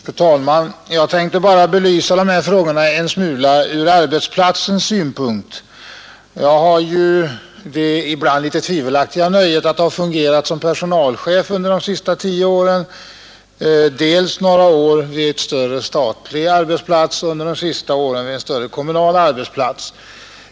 Fru talman! Jag skulle vilja belysa dessa frågor en smula ur arbetsplatsens synpunkt. Jag har haft det ibland något tvivelaktiga nöjet att ha fungerat som personalchef under de senaste tio åren, dels några år vid en större statlig arbetsplats och dels under de senaste åren vid en större kommunal arbetsplats.